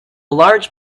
large